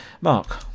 mark